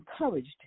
encouraged